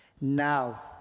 Now